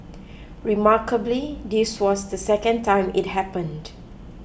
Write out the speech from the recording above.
remarkably this was the second time it happened